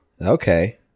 Okay